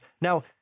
Now